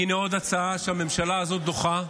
הינה עוד הצעה שהממשלה הזאת דוחה,